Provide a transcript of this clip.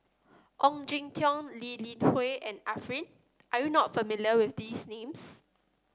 Ong Jin Teong Lee Li Hui and Arifin are you not familiar with these names